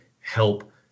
help